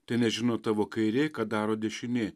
tenežino tavo kairė ką daro dešinė